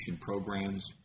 programs